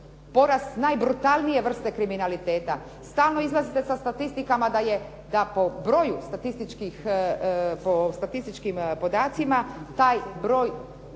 poraz najbrutalnije vrste kriminaliteta. Stalno izlazite sa statistikama da po statističkim podacima taj broj